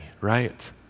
right